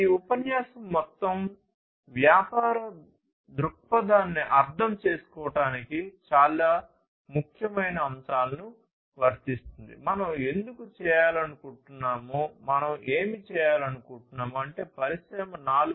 ఈ ఉపన్యాసం మొత్తం వ్యాపార దృక్పథాన్ని అర్థం చేసుకోవడానికి చాలా ముఖ్యమైన అంశాలను వర్తిస్తుంది మనం ఎందుకు చేయాలనుకుంటున్నామో మనం ఏమి చేయాలనుకుంటున్నామో అంటే పరిశ్రమ 4